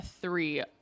three